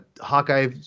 Hawkeye